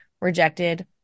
rejected